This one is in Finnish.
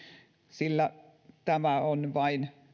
sillä tämä on vain